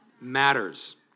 Matters